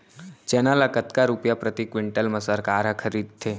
चना ल कतका रुपिया प्रति क्विंटल म सरकार ह खरीदथे?